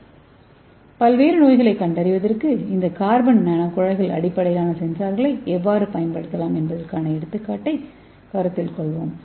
slide நேரத்தைப் பார்க்கவும் 1653 பல்வேறு நோய்களைக் கண்டறிவதற்கு இந்த கார்பன் நானோகுழாய் அடிப்படையிலான சென்சார்களை எவ்வாறு பயன்படுத்தலாம் என்பதற்கான எடுத்துக்காட்டைக் கருத்தில் கொள்வோம்